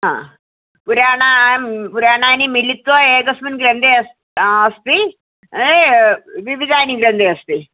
पुराणां पुराणानि मिलित्वा एकस्मिन् ग्रन्थे अस्ति अस्ति विविधानि ग्रन्थे अस्ति